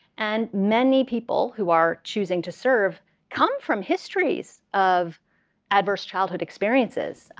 and many people who are choosing to serve come from histories of adverse childhood experiences.